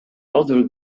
other